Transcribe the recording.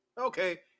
Okay